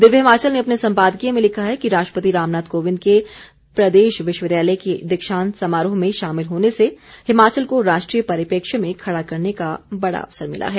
दिव्य हिमाचल ने अपने संपादकीय में लिखा है कि राष्ट्रपति रामनाथ कोविंद के प्रदेश विश्वविद्यालय के दीक्षांत समारोह में शामिल होने से हिमाचल को राष्ट्रीय परिपेक्षय में खड़ा करने का बड़ा अवसर मिला है